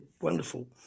wonderful